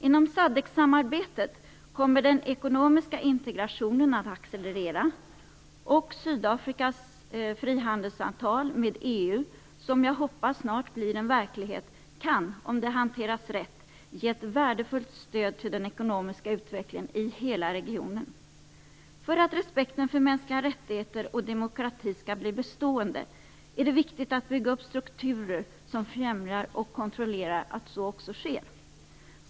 Inom SADC-samarbetet kommer den ekonomiska integrationen att accelerera och Sydafrikas frihandelsavtal med EU, som jag hoppas snart blir verklighet, kan - om det hanteras rätt - ge ett värdefullt stöd till den ekonomiska utvecklingen i hela regionen. För att respekten för mänskliga rättigheter och demokrati skall bli bestående är det viktigt att bygga upp strukturer som främjar och kontrollerar att så också sker.